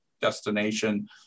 destination